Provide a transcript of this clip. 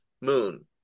moon